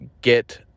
get